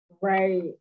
Right